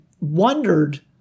wondered